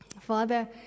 Father